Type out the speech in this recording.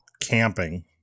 camping